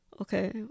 Okay